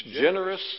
generous